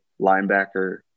linebacker